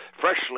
freshly